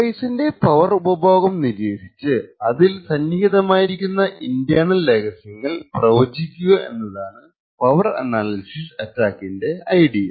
ഡിവൈസിന്റെ പവർ ഉപഭോഗം നിരീക്ഷിച്ചു അതിൽ സന്നിഹിതമായിരിക്കുന്ന ഇന്റർണൽ രഹസ്യങ്ങൾ പ്രവചിക്കുക എന്നതാണ് പവർ അനാലിസിസ് ആറ്റക്കിന്റെ ഐഡിയ